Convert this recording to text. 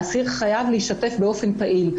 האסיר חייב להשתתף באופן פעיל.